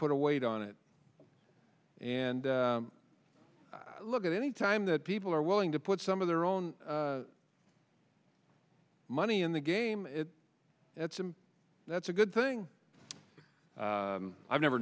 put a weight on it and look at any time that people are willing to put some of their own money in the game that's a that's a good thing i've never